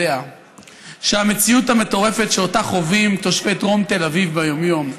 יודע שהמציאות המטורפת שאותה חווים תושבי דרום תל אביב ביום-יום,